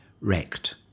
wrecked